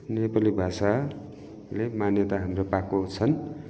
नेपाली भाषाले मान्यता हाम्रो पाएको छन्